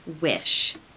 Wish